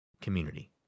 community